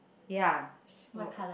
ya so